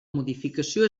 modificació